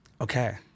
Okay